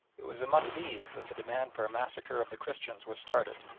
it was among these that the demand for a massacre of the christians was started,